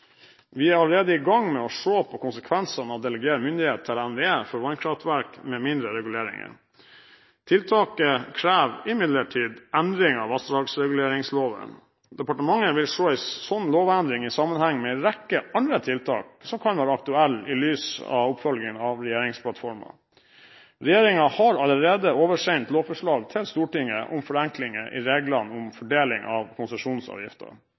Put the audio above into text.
Vi er allerede i gang med å se på konsekvensene av å delegere myndighet til NVE for vannkraftverk med mindre reguleringer. Tiltaket krever imidlertid endring av vassdragsreguleringsloven. Departementet vil se en sånn lovendring i sammenheng med en rekke andre tiltak som kan være aktuelle, i lys av oppfølging av regjeringsplattformen. Regjeringen har allerede oversendt lovforslag til Stortinget om forenklinger i reglene om fordeling av